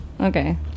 okay